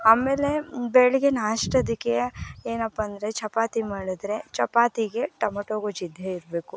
ಆಮೇಲೆ ಬೆಳಗ್ಗೆ ನಾಷ್ಟಕ್ಕೆ ಏನಪ್ಪ ಅಂದರೆ ಚಪಾತಿ ಮಾಡಿದ್ರೆ ಚಪಾತಿಗೆ ಟಮೊಟೊ ಗೊಜ್ಜು ಇದ್ದೇ ಇರಬೇಕು